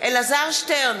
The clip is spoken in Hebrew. אלעזר שטרן,